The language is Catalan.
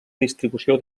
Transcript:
distribució